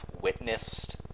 witnessed